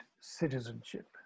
citizenship